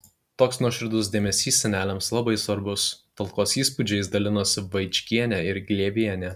toks nuoširdus dėmesys seneliams labai svarbus talkos įspūdžiais dalinosi vaičkienė ir glėbienė